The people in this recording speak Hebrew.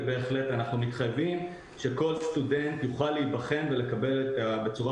ובהחלט אנחנו מתחייבים שכל סטודנט יוכל להיבחן ולקבל בצורה